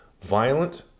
violent